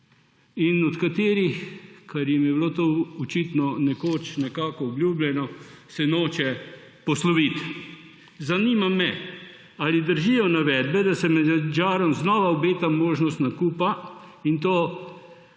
in od katerih, ker jim je bilo to očitno nekoč nekako obljubljeno, se nočejo posloviti. Zanima me: Ali držijo navedbe, da se Madžarom znova obeta možnost nakupa, in to 46 tisoč